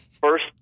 first